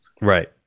Right